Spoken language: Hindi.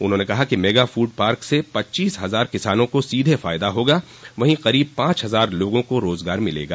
उन्होंने कहा कि मेगा फूड पार्क से पच्चीस हजार किसानों को सीधे फायदा होगा वहीं करीब पांच हजार लोगों को रोजगार मिलेगा